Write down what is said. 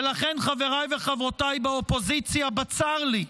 ולכן, חבריי וחברותיי באופוזיציה, בצר לי,